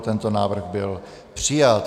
Tento návrh byl přijat.